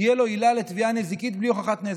תהיה לו עילה לתביעה נזיקית בלי הוכחת נזק.